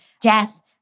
death